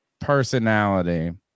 personality